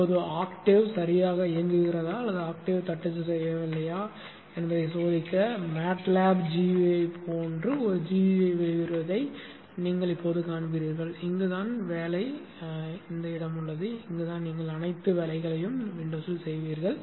இப்போது ஆக்டேவ் சரியாக இயங்குகிறதா அல்லது ஆக்டேவ் தட்டச்சு செய்யவில்லையா என்பதை சோதிக்க MATLAB gui போன்று ஒரு gui வெளிவருவதை நீங்கள் இப்போது காண்பீர்கள் இங்குதான் வேலை இடம் உள்ளது இங்குதான் நீங்கள் அனைத்து வேலைகளையும் விண்டோஸ் ல் செய்வீர்கள்